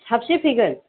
साबेसे फैगोन